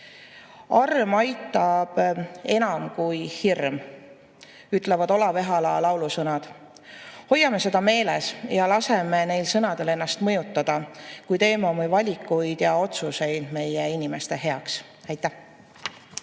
aitab enam kui hirm," ütlevad Olav Ehala laulu sõnad. Hoiame seda meeles ja laseme neil sõnadel ennast mõjutada, kui teeme oma valikuid ja otsuseid meie inimeste heaks. Aitäh!